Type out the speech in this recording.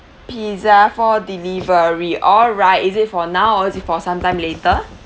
pizza for delivery alright is it for now or is it for sometime later